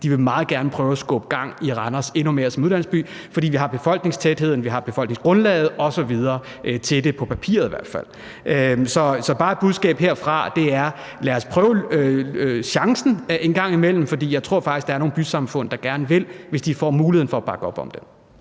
at de meget gerne vil prøve at skubbe endnu mere gang i Randers som uddannelsesby, fordi vi har befolkningstætheden, vi har befolkningsgrundlaget osv. til det, på papiret i hvert fald. Så det er bare et budskab herfra om, at lad os prøve at tage chancen, for jeg tror faktisk, at der er nogle bysamfund, der gerne vil, hvis de får muligheden for at bakke op om det.